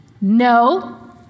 No